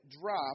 drop